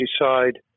decide